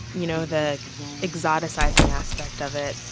you know, the exoticizing aspect of it.